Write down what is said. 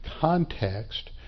context